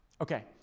Okay